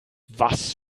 was